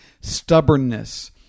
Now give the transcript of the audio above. Stubbornness